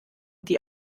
die